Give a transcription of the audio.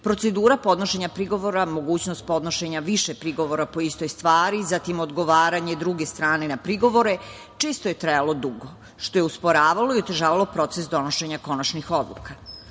procedura podnošenja prigovora, mogućnost podnošenja više prigovora po istoj stvari, zatim odgovaranje druge strane na prigovore često je trajalo dugo, što je usporavalo i otežavalo proces donošenja konačnih odluka. Dakle,